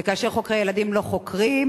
וכאשר חוקרי ילדים לא חוקרים,